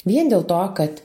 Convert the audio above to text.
vien dėl to kad